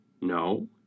No